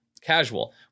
Casual